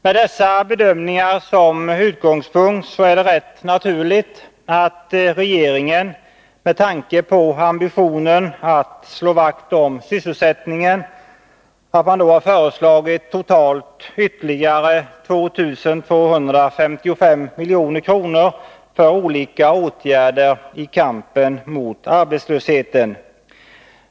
Mot bakgrund av dessa bedömningar är det rätt naturligt att regeringen, med tanke på ambitionen att slå vakt om sysselsättningen, har föreslagit totalt ytterligare 2 255 milj.kr. för olika åtgärder i kampen mot arbetslösheten.